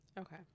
Okay